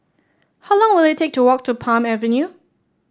how long will it take to walk to Palm Avenue